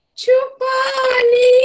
chupani